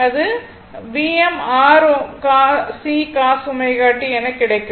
அது Vm r ω C cos ω t என கிடைக்கும்